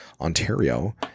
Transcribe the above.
ontario